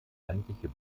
eigentliche